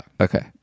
Okay